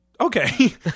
Okay